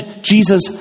Jesus